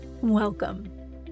welcome